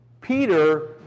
Peter